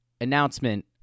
announcement